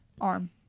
Arm